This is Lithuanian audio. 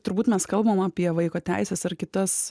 turbūt mes kalbam apie vaiko teises ar kitas